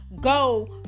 go